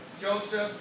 Joseph